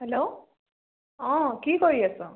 hello অঁ কি কৰি আছ